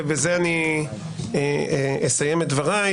ובזה אני אסיים את דבריי,